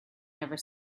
never